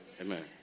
amen